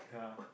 yeah